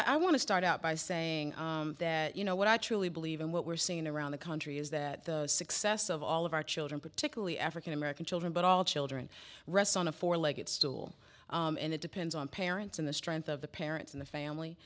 i want to start out by saying that you know what i truly believe in what we're seeing around the country is that the success of all of our children particularly african american children but all children rests on a four legged stool and it depends on parents and the strength of the parents in the family